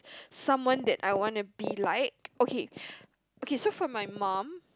someone that I wanna be like okay okay so for my mum